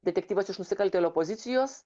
detektyvas iš nusikaltėlio pozicijos